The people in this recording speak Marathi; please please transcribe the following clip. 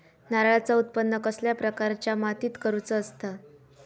नारळाचा उत्त्पन कसल्या प्रकारच्या मातीत करूचा असता?